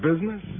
business